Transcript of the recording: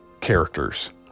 characters